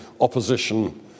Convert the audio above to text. opposition